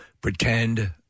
pretend